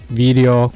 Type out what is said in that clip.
video